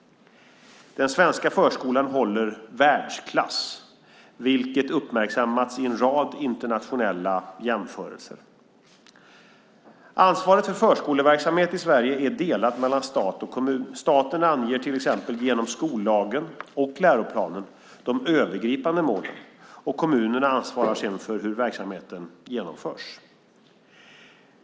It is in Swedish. Den svenska förskolan håller världsklass, vilket uppmärksammats i en rad internationella jämförelser. Ansvaret för förskoleverksamheten i Sverige är delat mellan stat och kommun. Staten anger genom till exempel skollagen och läroplanen de övergripande målen, och kommunerna ansvarar sedan för hur verksamheten genomförs.